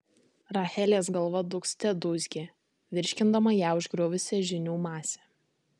rachelės galva dūgzte dūzgė virškindama ją užgriuvusią žinių masę